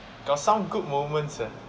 got some good moments and